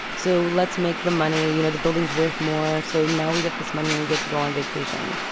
so let's make the money. you know, the building's worth more so now we get this money and we get to go on vacation.